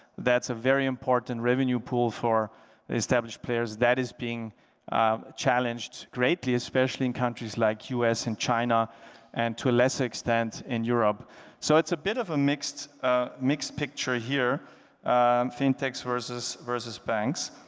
that's a very important revenue pool for established players that is being challenged greatly especially in countries like us in china and to a lesser extent in europe so it's a bit of a mixed mixed picture here fintechs versus versus banks